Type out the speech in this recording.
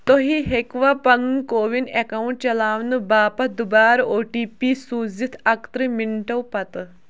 تُہہِ ہیٚکِوَا پَنُن کووِن اٮ۪کاوُنٛٹ چَلاونہٕ باپَتھ دُبارٕ او ٹی پی سوٗزِتھ اَکتٕرٛہ مِنٹو پتہٕ